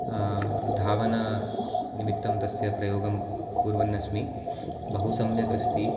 धावनमित्तं तस्य प्रयोगं कुर्वन् अस्मि बहु सम्यक् अस्ति